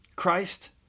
Christ